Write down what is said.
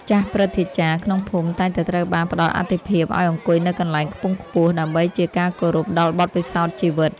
ចាស់ព្រឹទ្ធាចារ្យក្នុងភូមិតែងតែត្រូវបានផ្តល់អាទិភាពឱ្យអង្គុយនៅកន្លែងខ្ពង់ខ្ពស់ដើម្បីជាការគោរពដល់បទពិសោធន៍ជីវិត។